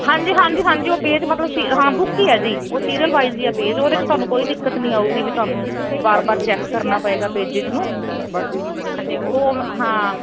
ਹਾਂਜੀ ਹਾਂਜੀ ਹਾਂਜੀ ਉਹ ਪੇਜ ਮਤਲਬ ਹਾਂ ਬੁੱਕ ਹੀ ਆ ਜੀ ਉਹ ਸੀਰੀਅਲ ਵਾਈਜ਼ ਹੀ ਆ ਪੇਜ ਉਹਦੇ ਚ ਤੁਹਾਨੂੰ ਕੋਈ ਦਿੱਕਤ ਨਹੀਂ ਆਉਗੀ ਵੀ ਤੁਹਾਨੂੰ ਬਾਰ ਬਾਰ ਚੈੱਕ ਕਰਨਾ ਪਏਗਾ ਪੇਜਜ ਨੂੰ ਹਾਂਜੀ ਉਹ ਹਾਂ